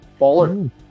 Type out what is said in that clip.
Baller